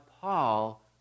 Paul